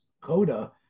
coda